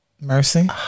Mercy